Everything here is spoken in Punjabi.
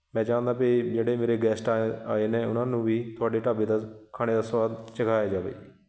ਮੈਂ ਚਾਹੁੰਦਾ ਵੀ ਜਿਹੜੇ ਮੇਰੇ ਗੈਸਟ ਆੲ ਆਏ ਨੇ ਉਹਨਾਂ ਨੂੰ ਵੀ ਤੁਹਾਡੇ ਢਾਬੇ ਦਾ ਖਾਣੇ ਦਾ ਸਵਾਦ ਚੱਖਾਇਆ ਜਾਵੇ